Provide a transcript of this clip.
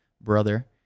brother